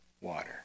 water